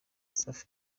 safi